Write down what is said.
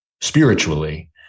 spiritually